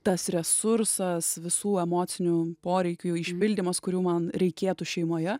tas resursas visų emocinių poreikių išpildymas kurių man reikėtų šeimoje